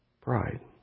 bride